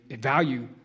value